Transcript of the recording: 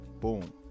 Boom